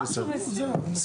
לא, הכל בסדר.